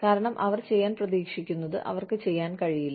കാരണം അവർ ചെയ്യാൻ പ്രതീക്ഷിക്കുന്നത് അവർക്ക് ചെയ്യാൻ കഴിയില്ല